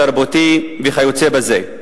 התרבותי וכיוצא בזה.